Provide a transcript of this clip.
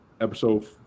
episode